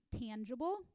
tangible